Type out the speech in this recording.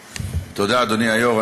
תודה, אדוני היו"ר.